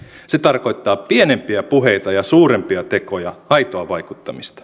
se tarkoittaa pienempiä puheita ja suurempia tekoja aitoa vaikuttamista